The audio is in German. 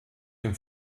dem